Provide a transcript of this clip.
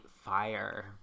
fire